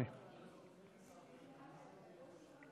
חבר הכנסת רוטמן,